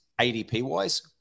ADP-wise